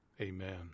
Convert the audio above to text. amen